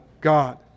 God